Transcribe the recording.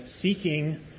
seeking